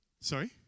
Sorry